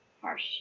harsh